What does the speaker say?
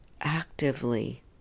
actively